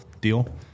deal